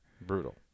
Brutal